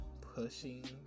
pushing